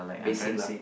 basic lah